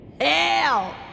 Hell